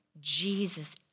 Jesus